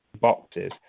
boxes